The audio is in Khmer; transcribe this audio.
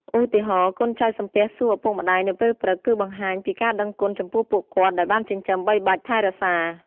ឧទាហរណ៍ កូនចៅសំពះសួរឪពុកម្តាយនៅពេលព្រឹក គឺបង្ហាញពីការដឹងគុណចំពោះពួកគាត់ដែលបានចិញ្ចឹមបីបាច់ថែរក្សា។